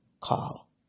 call